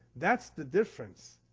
that's the difference.